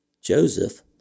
Joseph